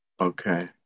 Okay